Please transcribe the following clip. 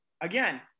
again